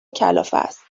کلافست